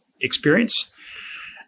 experience